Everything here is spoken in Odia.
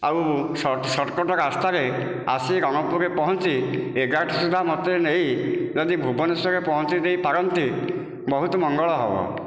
ଆଉ ସର୍ଟକଟ୍ ରାସ୍ତାରେ ଆସି ରଣପୁରରେ ପହଞ୍ଚି ଏଗାରଟା ସୁଦ୍ଧା ମତେ ନେଇ ଯଦି ଭୁବନେଶ୍ଵରରେ ପହଞ୍ଚେଇଦେଇପାରନ୍ତି ବହୁତ ମଙ୍ଗଳ ହେବ